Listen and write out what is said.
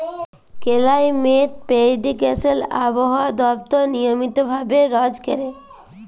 climate prediction আবহাওয়া দপ্তর নিয়মিত ভাবে রজ ক্যরে